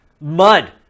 Mud